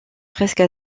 presque